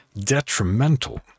detrimental